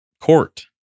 court